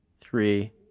three